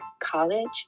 college